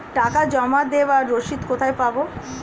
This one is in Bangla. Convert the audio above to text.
টাকা জমা দেবার রসিদ কোথায় পাব?